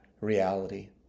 reality